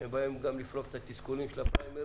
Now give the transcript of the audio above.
הם באים גם לפרוק את התסכולים של הפריימריז,